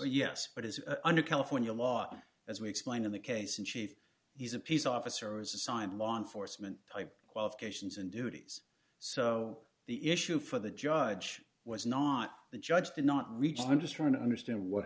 yes but as under california law as we explained in the case in chief he's a peace officer as assigned law enforcement type qualifications and duties so the issue for the judge was not the judge did not reach the i'm just trying to understand what